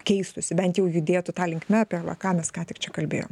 keistųsi bent jau judėtų ta linkme apie va ką mes ką tik čia kalbėjom